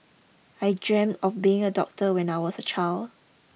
I dreamt of being a doctor when I was a child